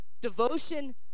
Devotion